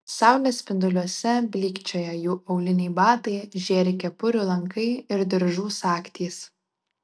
saulės spinduliuose blykčioja jų auliniai batai žėri kepurių lankai ir diržų sagtys